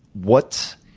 what